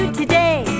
today